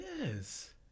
Yes